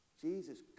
Jesus